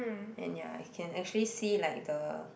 and ya can actually see like the